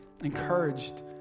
encouraged